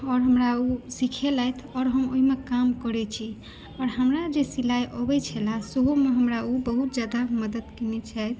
आओर हमरा ओ सीखेलथि आओर हम ओहिमे काम करै छी आओर हमरा जे सिलाइ अबै छलए सेहोमे हमरा ओ बहुत जादा मदद कयने छथि